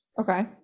Okay